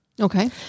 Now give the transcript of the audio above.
Okay